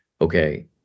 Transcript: Okay